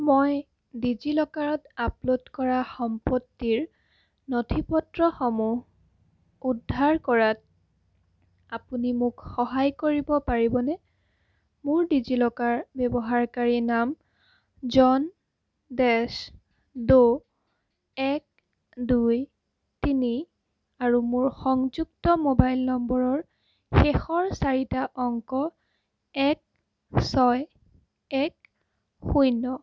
মই ডিজি লকাৰত আপলোড কৰা সম্পত্তিৰ নথিপত্ৰসমূহ উদ্ধাৰ কৰাত আপুনি মোক সহায় কৰিব পাৰিবনে মোৰ ডিজি লকাৰ ব্যৱহাৰকাৰী নাম জন ডেছ ড' এক দুই তিনি আৰু মোৰ সংযুক্ত মোবাইল নম্বৰৰ শেষৰ চাৰিটা অংক এক ছয় এক শূণ্য